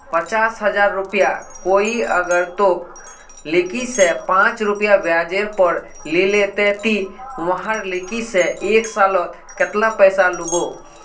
पचास हजार रुपया कोई अगर तोर लिकी से पाँच रुपया ब्याजेर पोर लीले ते ती वहार लिकी से एक सालोत कतेला पैसा लुबो?